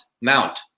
mount